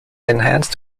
enhance